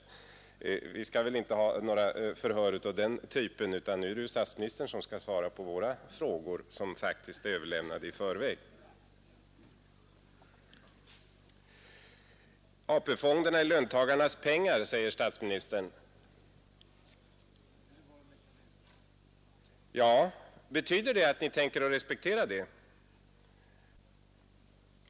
Men vi skall väl inte ha några förhör av den typen, utan nu är det ju statsministern som skall svara på våra frågor, som faktiskt är överlämnade i förväg. AP-fonderna är löntagarnas pengar, säger statsministern. Ja, betyder det att ni tänker respektera detta?